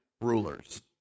rulers